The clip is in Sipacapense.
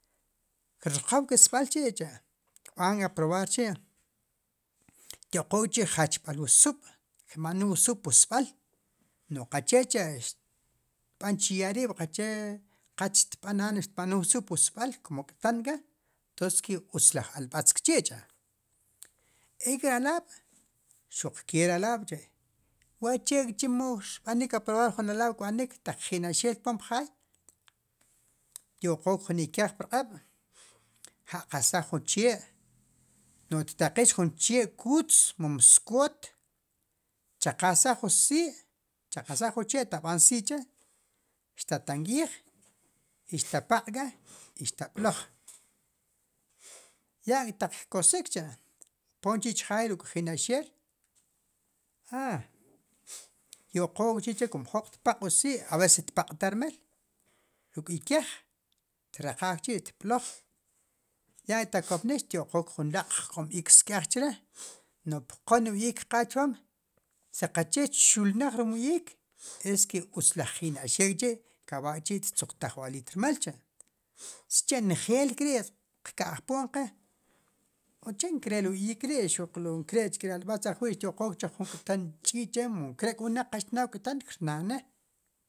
Krqow ki sb'al chi cha' kb'an aprobar chi kyo'qook chi jachb'al wu sub', kirmanul wu sub' pwu sb'al no qache cha xtb'an chiyar rib' qache qatz xtb'an anma' tma'nul wu sub' pwu sb'al como k'ten k'a entons utz laj alb'atz k'chi cha, ek' ri alab' xuq ke ri alab' wak'che chemo rb'anik aprobar jun alab' kb'anik taq kjinaxeel rpom jaay kyoqook jun ikej prq'aab' ja'qasaj jun che' nuj t-taqix jun che' kutz mom skoot, chaqasaj jun si' chaqasaj jun che' tab'an si' chre' i xtatank'iij i xtapaq' k'a i xtab'loj yak'taq kosik cha ponk'chi chjaaj ruk jinaxeel a tyoqook chi chre' como jrok tpaq' wu si' a ver si tpaq'taj rmal ruk' ikej t-raqaaj k'chi xtb'loj yak'taq xtopnik xtyo'qook jun laq jk'omiik sk'ej chre' noj kpqoj wu iiq tqaaj chpom si qache txulnaj rim wu iik eske utz laj jinaxeel chi kab'aal chi tzuqtaj wu aliit rmal cha, sicha nejeel k'ri qka'jpoon qe uche nkare' lo ri iiq ri' xuq lo nkare' ri alb'atz ajwi' tyoqook che ju k'ten ch'iich chre' mu nkare' wnaq k'a, xtnaa' wu k'ten krnaa' ne'